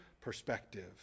perspective